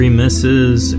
misses